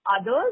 others